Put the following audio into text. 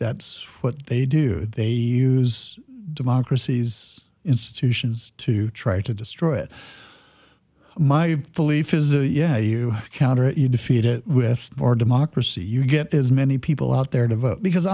that's what they do they use democracies institutions to try to destroy it my belief is yeah you counter you defeat it with more democracy you get as many people out there to vote because